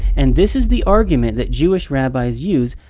and this is the argument that jewish rabbis use,